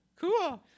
Cool